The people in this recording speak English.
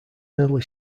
early